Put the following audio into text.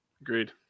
Agreed